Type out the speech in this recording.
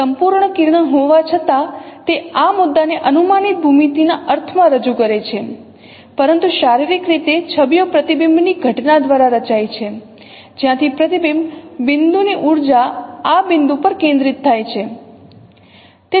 સંપૂર્ણ કિરણ હોવા છતાં તે આ મુદ્દાને અનુમાનિત ભૂમિતિના અર્થમાં રજૂ કરે છે પરંતુ શારીરિક રીતે છબીઓ પ્રતિબિંબની ઘટના દ્વારા રચાય છે જ્યાંથી પ્રતિબિંબિત બિંદુની ઉર્જા આ બિંદુ પર કેન્દ્રિત થાય છે